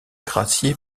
gracié